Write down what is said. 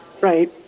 Right